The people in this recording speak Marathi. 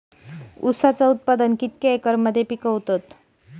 ऊसाचा उत्पादन कितक्या एकर मध्ये पिकवतत?